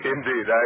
Indeed